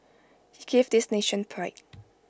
he gave this nation pride